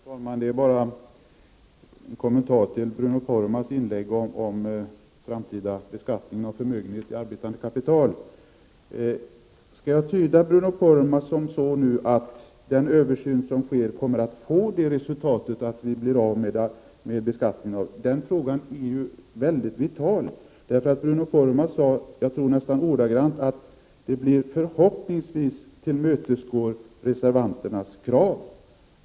Fru talman! Låt mig bara göra en kommentar till Bruno Poromaas inlägg om framtida beskattning av förmögenhet i arbetande kapital. Kan jag tyda Bruno Poromaa så att den översyn som nu sker får till resultat att den beskattningen försvinner? Den frågan är ju mycket vital. Bruno Poromaa sade — jag tror nästan ordagrant — så här: Resultatet tillmötesgår förhoppningsvis reservanternas krav.